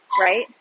right